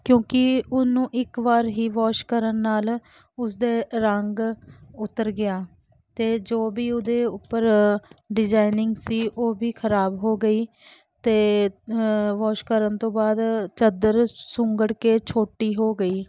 ਕਿਉਂਕਿ ਉਹਨੂੰ ਇੱਕ ਵਾਰ ਹੀ ਵਾਸ਼ ਕਰਨ ਨਾਲ ਉਸ ਦੇ ਰੰਗ ਉਤਰ ਗਿਆ ਅਤੇ ਜੋ ਵੀ ਉਹਦੇ ਉੱਪਰ ਡਿਜ਼ਾਇਨਿੰਗ ਸੀ ਉਹ ਵੀ ਖ਼ਰਾਬ ਹੋ ਗਈ ਅਤੇ ਵਾਸ਼ ਕਰਨ ਤੋਂ ਬਾਅਦ ਚਾਦਰ ਸੁੰਗੜ ਕੇ ਛੋਟੀ ਹੋ ਗਈ